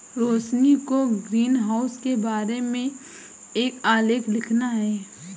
रोशिनी को ग्रीनहाउस के बारे में एक आलेख लिखना है